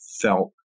felt